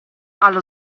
allo